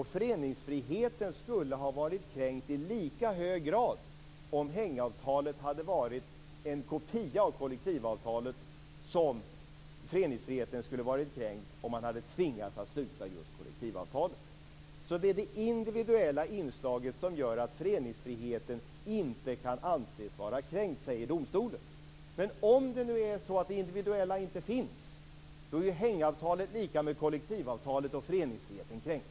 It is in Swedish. Föreningsfriheten skulle ha varit i lika hög grad kränkt om hängavtalet hade varit en kopia av kollektivavtalet som föreningsfriheten skulle ha varit kränkt om Gustafsson hade tvingats sluta kollektivavtalet. Det är det individuella inslaget som gör att föreningsfriheten inte kan anses vara kränkt, säger domstolen. Om det individuella inte finns, är hängavtalet lika med kollektivavtalet och därmed föreningsfriheten kränkt.